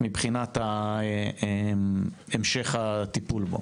מבחינת המשך הטיפול בו.